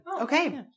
okay